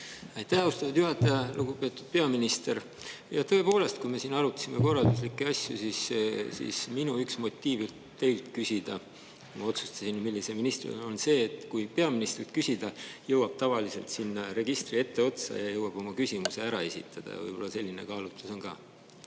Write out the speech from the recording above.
Aitäh, austatud juhataja! Lugupeetud peaminister! Tõepoolest, kui me siin arutasime korralduslikke asju, siis minu üks motiiv, et teilt küsida – ma otsustasin, milliselt ministrilt –, on see, et kui peaministrilt küsida, jõuab tavaliselt sinna registri etteotsa ja jõuab oma küsimuse ära esitada. Võib-olla selline kaalutlus on ka.